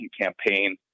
campaign